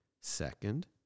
Second